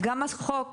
גם החוק